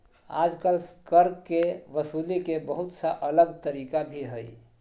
आजकल कर के वसूले के बहुत सा अलग तरीका भी हइ